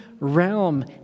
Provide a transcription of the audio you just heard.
Realm